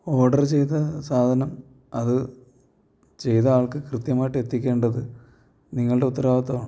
order ചെയ്താൽ സാധനം അതു ചെയ്ത ആൾക്ക് കൃത്യമായിട്ട് എത്തിക്കേണ്ടത് നിങ്ങളുടെ ഉത്തരവാദിത്ത്വ മാണ്